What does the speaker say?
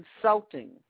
Consulting